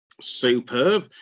Superb